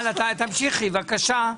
הלאה, תמשיכי, בבקשה.